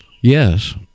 Yes